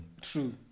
True